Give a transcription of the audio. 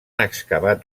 excavat